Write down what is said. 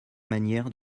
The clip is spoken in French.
manières